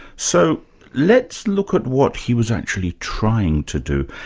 so let's look at what he was actually trying to do.